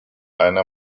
einer